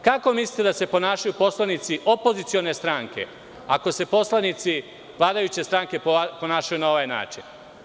Kako mislite da se ponašaju poslanici opozicione stranke ako se poslanici vladajuće stranke ponašaju na ovaj način?